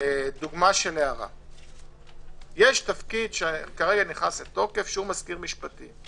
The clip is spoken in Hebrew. יש תפקיד שכרגע נכנס לתוקף, מזכיר משפטי.